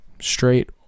straight